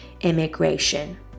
immigration